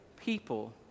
people